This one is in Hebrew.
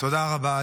תודה רבה.